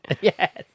Yes